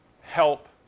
help